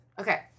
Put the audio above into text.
Okay